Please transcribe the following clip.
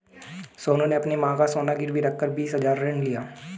सोनू ने अपनी मां का सोना गिरवी रखकर बीस हजार ऋण लिया